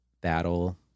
battle